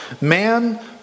Man